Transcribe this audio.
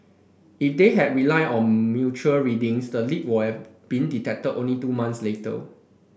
if they had relied on mutual readings the leak will have been detected only two months later